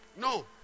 no